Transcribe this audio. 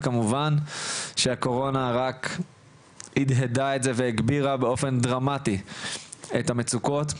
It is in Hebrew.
וכמובן שהקורונה רק הדהדה את זה והגבירה באופן דרמטי את המצוקות.